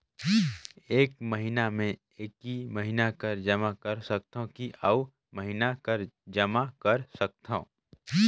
एक महीना मे एकई महीना कर जमा कर सकथव कि अउ महीना कर जमा कर सकथव?